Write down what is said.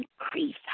Increase